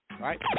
right